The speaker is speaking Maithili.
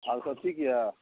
आर सब ठीक यए